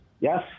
Yes